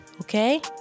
Okay